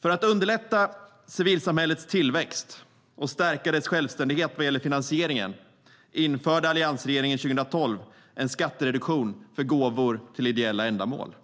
För att underlätta civilsamhällets tillväxt och stärka dess självständighet vad gäller finansieringen införde alliansregeringen 2012 en skattereduktion för gåvor till ideella ändamål.